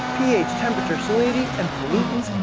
ph, temperature, salinity, and pollutants,